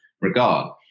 regard